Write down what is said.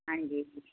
ਹਾਂਜੀ ਜੀ